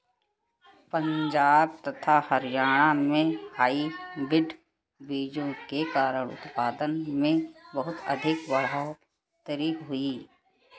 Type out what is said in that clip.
पंजाब तथा हरियाणा में हाइब्रिड बीजों के कारण उत्पादन में बहुत अधिक बढ़ोतरी हुई